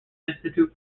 institute